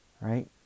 Right